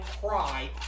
cry